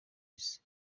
isi